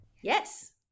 Yes